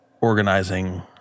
organizing